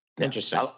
Interesting